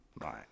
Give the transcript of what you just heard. right